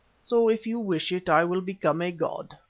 so, if you wish it, i will become a god.